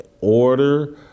order